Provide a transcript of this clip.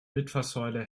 litfaßsäule